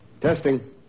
Testing